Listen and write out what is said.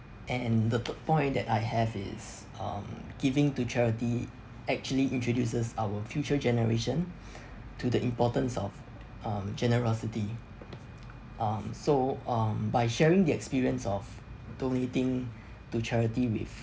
and the third point that I have is um giving to charity actually introduces our future generation to the importance of um generosity um so um by sharing the experience of donating to charity with